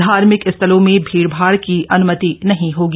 धार्मिक स्थलों में भीड़भाड़ की अनुमति नहीं होगी